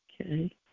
Okay